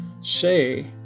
say